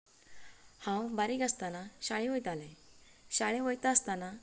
हांव बारीक आसतना शाळें वयतालें शाळेंत वयता आसतना